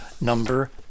number